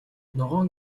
ногоон